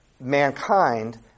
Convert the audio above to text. mankind